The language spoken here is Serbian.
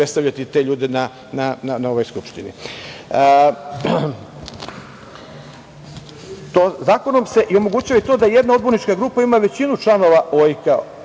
predstavljati te ljude na ovoj skupštini. Zakonom se omogućava i to da jedna odbornička grupa ima većinu članova …Dobro